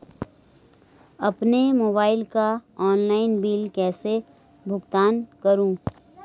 अपने मोबाइल का online bill कैसे भुगतान करूं?